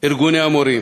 ארגוני המורים.